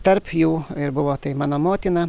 tarp jų ir buvo tai mano motina